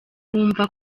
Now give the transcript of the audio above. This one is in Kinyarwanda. bumva